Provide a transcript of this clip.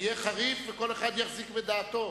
שיהיה חריף, וכל אחד יחזיק בדעתו,